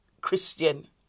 Christian